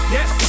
Yes